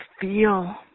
feel